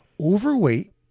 Overweight